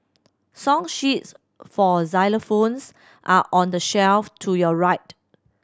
song sheets for xylophones are on the shelf to your right